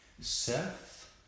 Seth